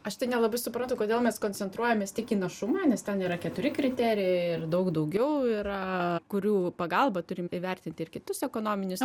aš tai nelabai suprantu kodėl mes koncentruojamės tik į našumą nes ten yra keturi kriterijai ir daug daugiau yra kurių pagalba turim įvertinti ir kitus ekonominius